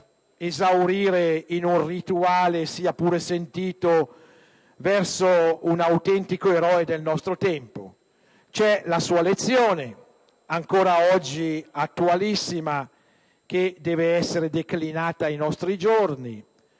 esaurire in un rituale, sia pur sentito, celebrativo di un autentico eroe del nostro tempo. C'è la sua lezione, ancora oggi attualissima, che deve essere declinata ai nostri giorni,